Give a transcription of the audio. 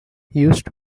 used